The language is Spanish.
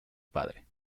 padre